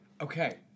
Okay